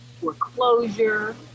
foreclosure